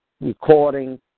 recording